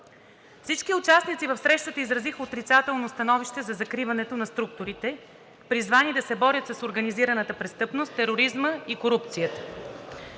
Всички участници в срещата изразиха отрицателно становище за закриването на структурите, призвани да се борят с организираната престъпност, тероризма и корупцията.